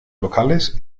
locales